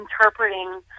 interpreting